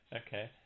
okay